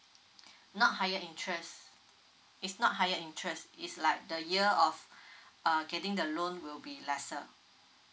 not higher interest it's not higher interest is like the year of uh getting the loan will be lesser